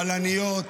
בלניות,